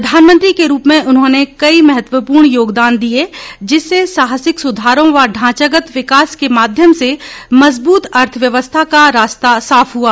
प्रधानमंत्री के रूप में उन्होंने कई महत्वपूर्ण योगदान दिए जिससे साहसिक सुधारों व ढांचागत विकास के माध्यम से मज़बूत अर्थव्यवस्था का रास्ता साफ हुआ